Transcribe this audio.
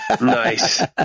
Nice